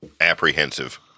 apprehensive